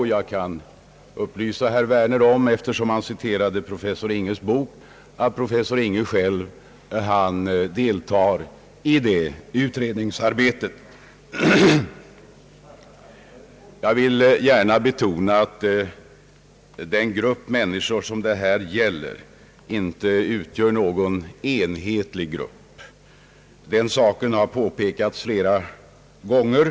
Eftersom herr Werner citerade professor Inghes bok, kan jag upplysa herr Werner om att professor Inghe själv deltar i det utredningsarbetet. Jag vill gärna betona att den grupp människor som det här gäller inte är enhetlig. Den saken har påpekats flera gånger.